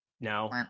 No